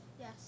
Yes